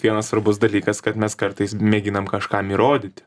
vienas svarbus dalykas kad mes kartais mėginam kažkam įrodyti